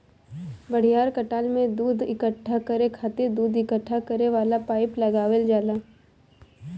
बड़ियार खटाल में दूध इकट्ठा करे खातिर दूध इकट्ठा करे वाला पाइप लगावल जाला